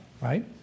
Right